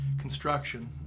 construction